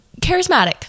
charismatic